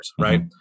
right